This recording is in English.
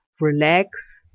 relax